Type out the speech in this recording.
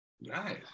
Nice